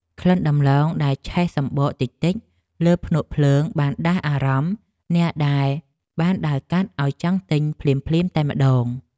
ក្លិនដំឡូងដែលឆេះសំបកតិចៗលើភ្នក់ភ្លើងបានដាស់អារម្មណ៍អ្នកដែលបានដើរកាត់ឱ្យចង់ទិញភ្លាមៗតែម្តង។